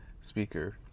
speaker